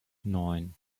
neun